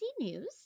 News